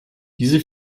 diese